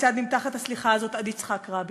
כיצד נמתחת הסליחה הזאת עד יצחק רבין.